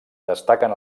destaquen